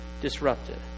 disrupted